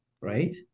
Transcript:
Right